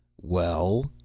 well?